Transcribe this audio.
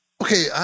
Okay